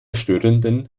störenden